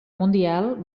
mundial